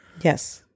Yes